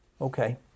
Okay